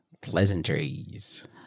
pleasantries